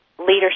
Leadership